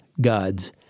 God's